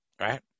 right